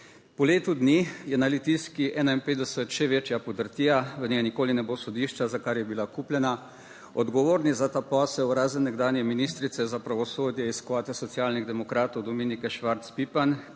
Po letu dni je na Litijski 51, še večja podrtija. V njej nikoli ne bo sodišča, za kar je bila kupljena. Odgovorni za ta posel razen nekdanje ministrice za pravosodje iz kvote Socialnih demokratov, Dominike Švarc Pipan,